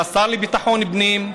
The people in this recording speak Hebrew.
של השר לביטחון פנים,